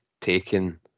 taken